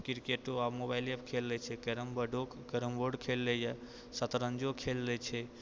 क्रिकेटो आब मोबाइलेपर खेल लै छै कैरम बोर्डो कैरम बोर्ड खेल लै यऽ शतरञ्जो खेल लै छै